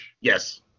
Yes